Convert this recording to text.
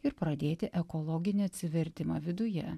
ir pradėti ekologinį atsivertimą viduje